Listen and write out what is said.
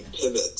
pivot